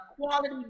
quality